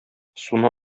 суны